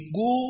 go